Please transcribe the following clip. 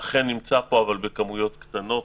נמצא פה אבל בכמויות קטנות.